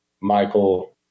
Michael